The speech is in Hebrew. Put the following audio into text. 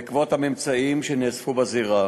בעקבות הממצאים שנאספו בזירה